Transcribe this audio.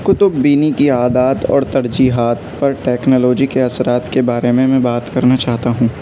كتب بینی کی عادات اور ترجیحات پر ٹیکنالوجی کے اثرات کے بارے میں میں بات کرنا چاہتا ہوں